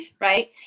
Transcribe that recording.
Right